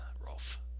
Rolf